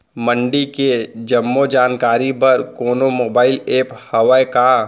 मंडी के जम्मो जानकारी बर कोनो मोबाइल ऐप्प हवय का?